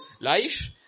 life